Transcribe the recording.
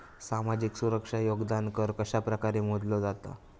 सामाजिक सुरक्षा योगदान कर कशाप्रकारे मोजलो जाता